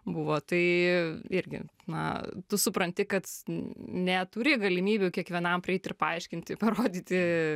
buvo tai irgi na tu supranti kad neturi galimybių kiekvienam prieiti ir paaiškinti parodyti